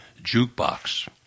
Jukebox